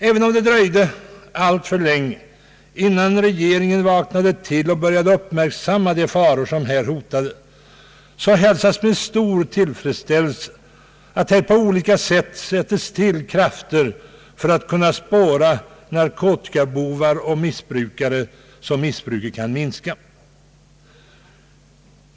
Även om det dröjde alltför länge innan regeringen vaknade till och började uppmärksamma de faror som här hotade hälsar jag med största tillfredsställelse att man på olika sätt mobiliserar krafter för att spåra narkotikabovar och missbrukare, så att missbruket kan minska.